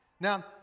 Now